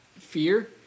fear